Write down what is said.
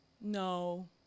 no